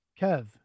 Kev